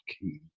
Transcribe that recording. key